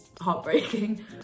heartbreaking